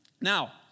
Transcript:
Now